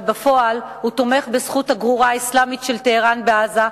אבל בפועל הוא תומך בזכות הגרורה האסלאמית של טהרן בעזה,